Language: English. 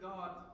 God